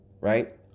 Right